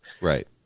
right